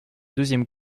deuxième